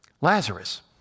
Lazarus